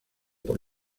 por